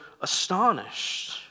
astonished